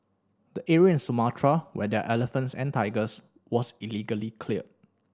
the area in Sumatra where there are elephants and tigers was illegally cleared